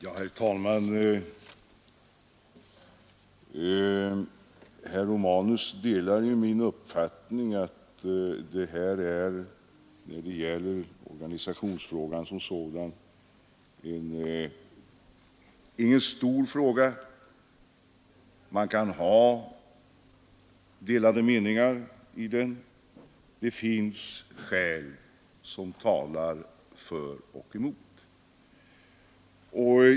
Herr talman! Herr Romanus delar ju min uppfattning att den här organisationsfrågan som sådan inte är något stort problem. Man kan ha skilda meningar, det finns skäl som talar för och emot.